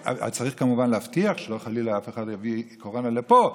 צריך כמובן להבטיח שחלילה אף אחד לא יביא קורונה לפה,